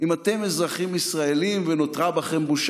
אם אתם אזרחים ישראלים ונותרה בכם בושה,